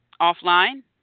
offline